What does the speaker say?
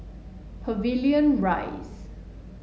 Pavilion Rise